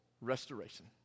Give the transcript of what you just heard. restoration